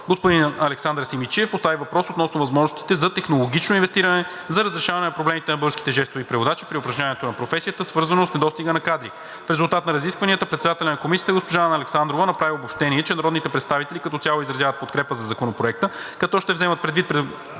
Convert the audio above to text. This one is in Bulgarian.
Господин Александър Симидчиев постави въпрос относно възможностите за технологично инвестиране за разрешаване на проблемите на българските жестови преводачи при упражняването на професията, свързано с недостига на кадри. В резултат на разискванията председателят на Комисията госпожа Анна Александрова направи обобщение, че народните представители като цяло изразяват подкрепа за Законопроекта, като ще вземат предвид